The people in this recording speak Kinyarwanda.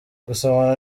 gusomana